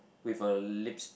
with uh lips